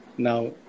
Now